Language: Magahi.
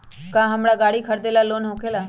का हमरा गारी खरीदेला लोन होकेला?